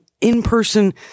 in-person